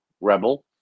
Rebel